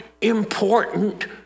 important